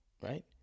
right